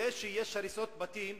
זה שיש הריסות בתים,